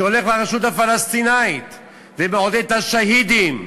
שהולך לרשות הפלסטינית ומעודד את השהידים,